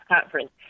conference